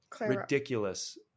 ridiculous